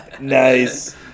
Nice